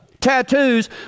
tattoos